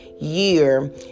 year